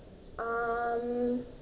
um